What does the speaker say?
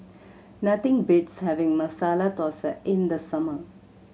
nothing beats having Masala Thosai in the summer